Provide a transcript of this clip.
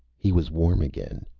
he was warm again,